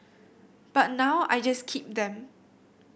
but now I just keep them